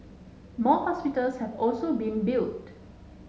more hospitals have also been built